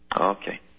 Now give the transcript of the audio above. Okay